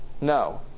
No